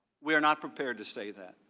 we are not prepared to say that.